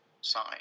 sign